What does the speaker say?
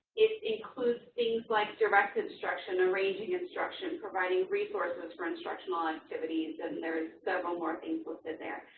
it includes things like direct instruction, arranging instruction, providing resources for instructional activities, and there's several more things listed there.